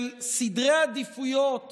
של סדרי עדיפויות